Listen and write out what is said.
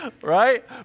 Right